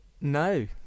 No